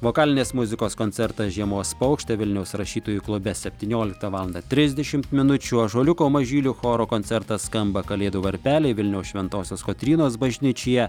vokalinės muzikos koncertas žiemos paukštė vilniaus rašytojų klube septynioliktą valandą trisdešimt minučių ąžuoliuko mažylių choro koncertas skamba kalėdų varpeliai vilniaus šventosios kotrynos bažnyčioje